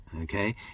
okay